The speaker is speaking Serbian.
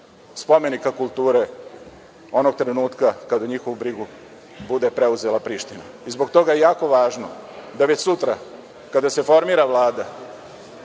spomenika kulture, onog trenutka kada njihovu brigu bude preuzela Priština. Zbog toga je jako važno da već sutra kada se formira Vlada